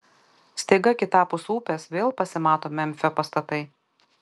staiga kitapus upės vėl pasimatė memfio pastatai